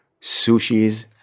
sushis